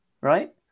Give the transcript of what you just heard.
Right